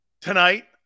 tonight